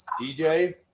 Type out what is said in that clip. DJ